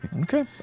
Okay